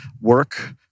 work